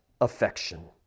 affection